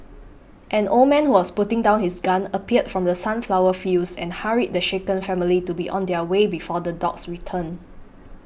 an old man who was putting down his gun appeared from the sunflower fields and hurried the shaken family to be on their way before the dogs return